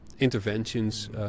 interventions